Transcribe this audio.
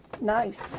Nice